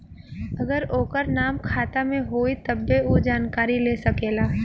अगर ओकर नाम खाता मे होई तब्बे ऊ जानकारी ले सकेला